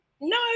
no